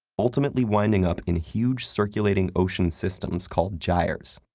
ultimately winding up in huge circulating ocean systems called gyres,